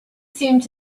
seemed